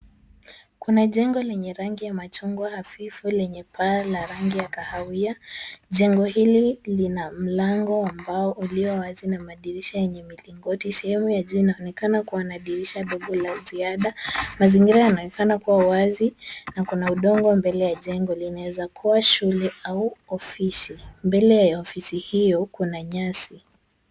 Kuna jengo lenye rangi ya machungwa hafifu lenye paa la rangi ya kahawia. Jengo hili lina mlango ambao uliowazi na madirisha yenye mlingoti. Sehemu ya juu inaonekana kuwa na dirisha dogo la ziada. Mazingira yanayoonekana kuwa wazi na kuna udongo mbele ya jengo. Linaweza kuwa shule au ofisi. Mbele ya ofisi hiyo kuna nyasi.